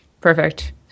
Perfect